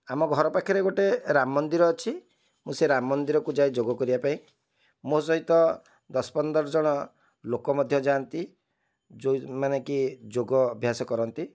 ଆମ ଘର ପାଖରେ ଗୋଟେ ରାମ ମନ୍ଦିର ଅଛି ମୁଁ ସେ ରାମ ମନ୍ଦିରକୁ ଯାଏ ଯୋଗ କରିବା ପାଇଁ ମୋ ସହିତ ଦଶ ପନ୍ଦର ଜଣ ଲୋକ ମଧ୍ୟ ଯାଆନ୍ତି ଯେଉଁମାନେ କି ଯୋଗ ଅଭ୍ୟାସ କରନ୍ତି